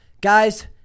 Guys